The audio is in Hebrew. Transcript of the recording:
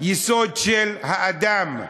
יסוד של האדם,